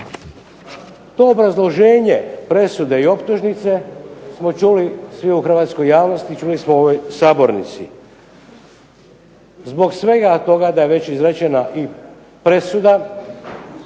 To obrazloženje presude i optužnice smo čuli svi u hrvatskoj javnosti, čuli smo u ovoj sabornici zbog svega toga da je već izrečena i presuda.